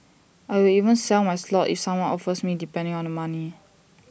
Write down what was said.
I will even sell my slot if someone offers me depending on the money